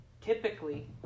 Typically